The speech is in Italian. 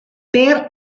per